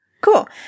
Cool